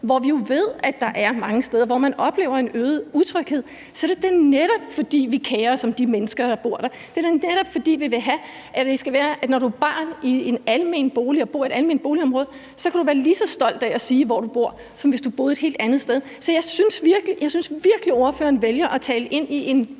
hvor vi jo ved at man mange steder oplever en øget utryghed, så er det da netop, fordi vi kerer os om de mennesker, der bor der. Det er da netop, fordi vi vil have, at det skal være sådan, at når du er barn og bor i et alment boligområde, så kan du være lige så stolt af at sige, hvor du bor, som, hvis du boede et helt andet sted. Så jeg synes virkelig, ordføreren vælger at tale ind i en